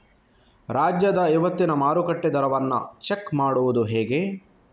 ರಾಜ್ಯದ ಇವತ್ತಿನ ಮಾರುಕಟ್ಟೆ ದರವನ್ನ ಚೆಕ್ ಮಾಡುವುದು ಹೇಗೆ?